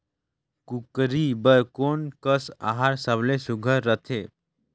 कूकरी बर कोन कस आहार सबले सुघ्घर रथे?